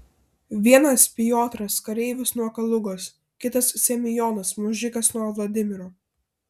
vienas piotras kareivis nuo kalugos kitas semionas mužikas nuo vladimiro